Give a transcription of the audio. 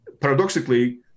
Paradoxically